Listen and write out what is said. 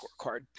scorecard